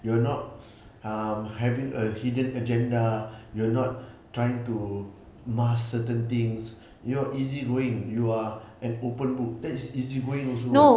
you are not um having a hidden agenda you're not trying to mask certain things you're easy going you're an open book that's easy-going also